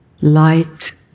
Light